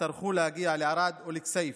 יצטרכו להגיע לערד או לכסייפה,